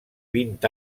vint